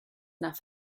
nach